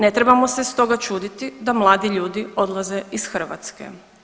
Ne trebamo se stoga čuditi da mladi ljudi odlaze iz Hrvatske.